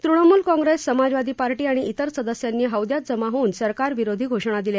Trinamool Congress Samajwadi party आणि तिर सदस्यांनी हौद्यात जमा होऊन सरकारविरोधी घोषणा दिल्या